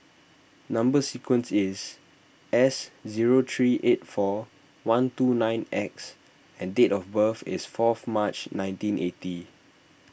Number Sequence is S zero three eight four one two nine X and date of birth is four of March nineteen eighty